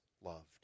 loved